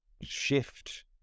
shift